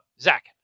Zach